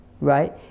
right